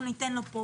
אנחנו ניתן לו כאן.